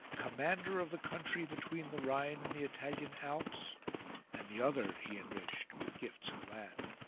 commander of the country between the rhine and the italian alps and the other he enriched with gifts of land.